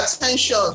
attention